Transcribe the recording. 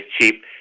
cheap